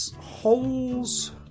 holes